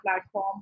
platform